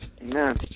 Amen